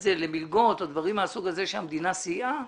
זה למלגות או דברים מהסוג הזה שהמדינה סייעה,